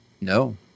No